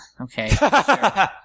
okay